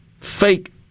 fake